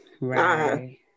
right